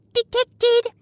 detected